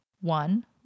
one